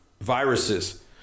viruses